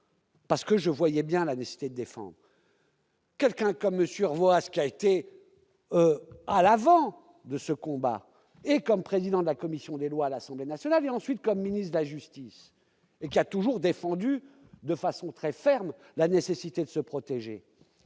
Parce que je voyais bien la nécessité d'efforts. Quelqu'un comme Monsieur voilà ce qui a été à la vente de ce combat et comme président de la commission des lois à l'Assemblée nationale et ensuite comme ministre de la justice et qui a toujours défendu de façon très ferme, la nécessité de se protéger,